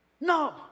no